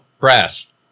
brass